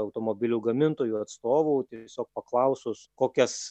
automobilių gamintojų atstovų tiesiog paklausus kokias